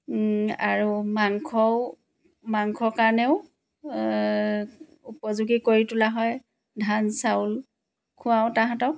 আৰু মাংসও মাংসৰ কাৰণেও উপযোগী কৰি তোলা হয় ধান চাউল খুৱাওঁ তাহাঁতক